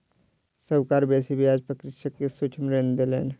साहूकार बेसी ब्याज पर कृषक के सूक्ष्म ऋण देलैन